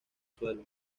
suelo